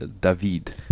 david